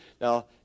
Now